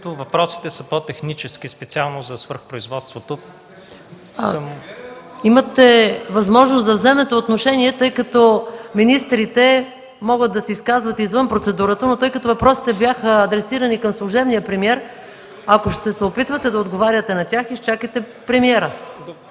въпросите са по-технически, специално за свръхпроизводството ... (Реплики от КБ.) ПРЕДСЕДАТЕЛ МАЯ МАНОЛОВА: Имате възможност да вземете отношение, тъй като министрите могат да се изказват извън процедурата. Но тъй като въпросите бяха адресирани към служебния премиер, ако ще се опитвате да отговаряте на тях, изчакайте премиера.